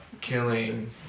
killing